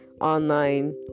online